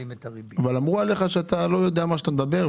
אבל אמרו עליך שאתה לא יודע על מה אתה מדבר,